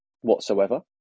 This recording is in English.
whatsoever